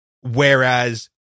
Whereas